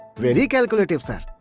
very calculative sir.